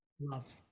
Love